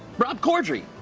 rob cordry!